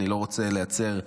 אני לא רוצה לייצר,